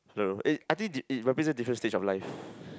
I don't know it I think it it represent different stage of life